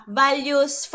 values